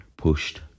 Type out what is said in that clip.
pushed